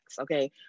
okay